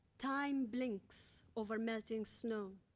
time blinks over melting snow.